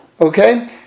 Okay